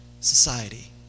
society